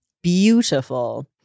Beautiful